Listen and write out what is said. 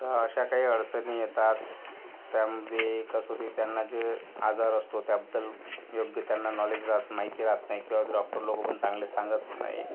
तर अशा काही अडचणी येतात त्यामध्ये एक असं की त्यांना जे आजार असतो त्याबद्दल योग्य त्यांना नॉलेज राहत माहिती राहत नाही किंवा डॉक्टर लोक पण चांगलं सांगत नाही